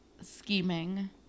scheming